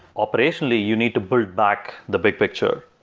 operationally, you need to build back the big picture,